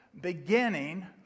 beginning